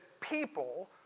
people